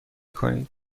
کنید